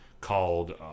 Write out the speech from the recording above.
called